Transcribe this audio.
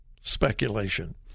speculation